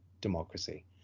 democracy